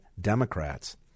Democrats